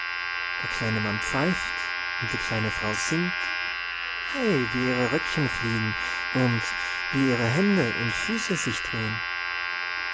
der kleine mann pfeift und die kleine frau singt hei wie ihre röckchen fliegen und wie ihre hände und füße sich drehen